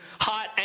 hot